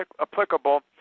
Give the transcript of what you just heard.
applicable